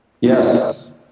Yes